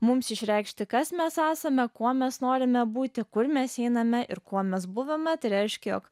mums išreikšti kas mes esame kuo mes norime būti kur mes einame ir kuo mes buvome tai reiškia jog